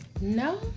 No